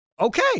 okay